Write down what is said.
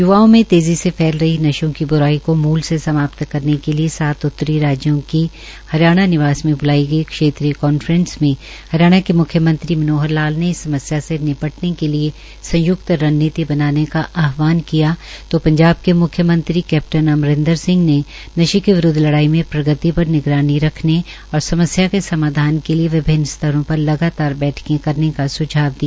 य्वाओं में तेजी से फैल रहे नशों की ब्राई को मूल से समाप्त करने के लिए सात उत्तरी राज्यों की हरियाणा निवास में ब्लाई गई क्षेत्रीय कांफ्रेस मे हरियाणा के म्ख्यमंत्री मनोहर लाल ने इस समस्या से निपटने के लिए संय्क्त रणनीति बनाने का आहवान किया तो पंजाब के मुख्यमंत्री कैप्टन अमरिन्द्र सिंह ने नशे के विरूदव लड़ाई में प्रगति पर निगरानी रखने और समस्या के समाधान के लिए विभन्न स्तर पर लगातार बैठके करने का सुझाव दिया